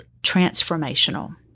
transformational